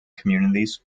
communities